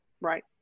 Right